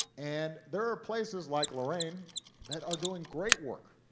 and there are places like lorraine that are doing great work.